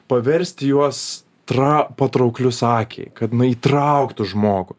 paversti juos tra patrauklius akiai kad na įtrauktų žmogų